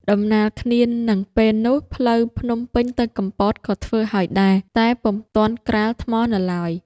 ដំណាលគ្នានឹងពេលនោះ ផ្លូវភ្នំពេញ ទៅកំពតក៏ធ្វើហើយដែរ តែពុំទាន់ក្រាលថ្មនៅឡើយ ។